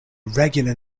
regular